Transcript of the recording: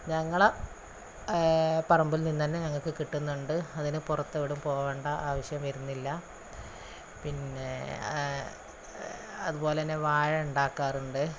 ഞങ്ങളെ പറമ്പിൽ നിന്ന് തന്നെ ഞങ്ങൾക്ക് കിട്ടുന്നുണ്ട് അതിന് പുറത്തെ എവിടേയും പോകേണ്ട ആവശ്യം വരുന്നില്ല പിന്നെ അതുപോലന്നെ വാഴ ഉണ്ടാക്കാറുണ്ട്